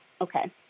okay